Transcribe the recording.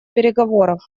переговоров